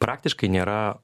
praktiškai nėra